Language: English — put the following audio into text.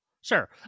sure